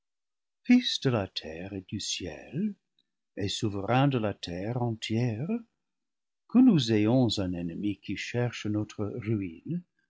de la terre et du ciel et souverain de la terre entière que nous ayons un ennemi qui cherche notre ruine